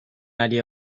idea